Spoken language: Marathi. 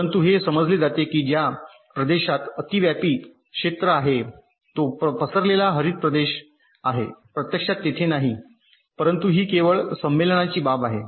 परंतु हे समजले जाते की ज्या प्रदेशात अतिव्यापी क्षेत्र आहे तो पसरलेला हरित प्रदेश आहे प्रत्यक्षात तेथे नाही परंतु ही केवळ संमेलनाची बाब आहे